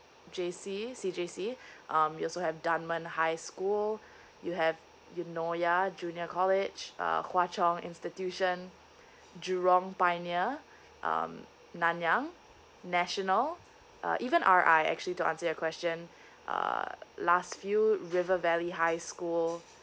J_C C_J_C um you also have dunman high school you have eunoia junior college uh hwa chong institution jurong pioneer um nanyang national uh even R_I actually to answer your question uh last few river valley high school